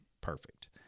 perfect